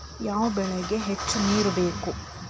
ಯಾವ ಬೆಳಿಗೆ ಹೆಚ್ಚು ನೇರು ಬೇಕು?